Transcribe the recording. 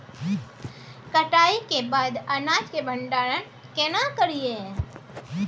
कटाई के बाद अनाज के भंडारण केना करियै?